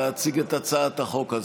להציג את הצעת החוק הזאת,